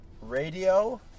radio